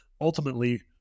ultimately